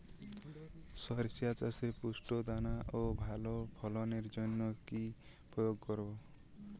শরিষা চাষে পুষ্ট দানা ও ভালো ফলনের জন্য কি প্রয়োগ করব?